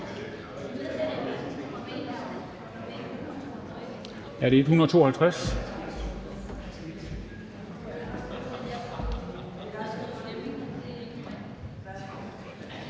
er det 15